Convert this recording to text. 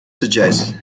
suggests